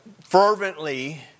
fervently